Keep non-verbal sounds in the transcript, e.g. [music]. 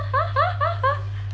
[laughs]